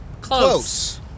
Close